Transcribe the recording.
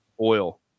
oil